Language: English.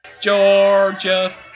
Georgia